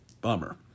Bummer